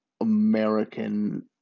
American